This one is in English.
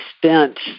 spent